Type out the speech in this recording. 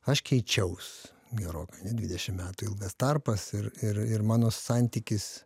aš keičiaus gerokai dvidešim metų ilgas tarpas ir ir ir mano santykis